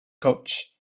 coach